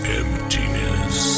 emptiness